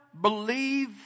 believe